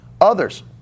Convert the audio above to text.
others